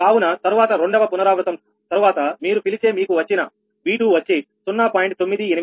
కావున తరువాత రెండవ పునరావృతం తరువాత మీరు పిలిచే మీకు వచ్చిన V2 వచ్చి 0